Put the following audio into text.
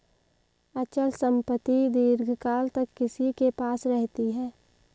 अचल संपत्ति दीर्घकाल तक किसी के पास रहती है